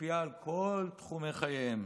משפיעה על כל תחומי חייהם